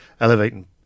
elevating